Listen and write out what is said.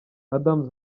adams